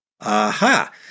Aha